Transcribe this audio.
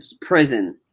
prison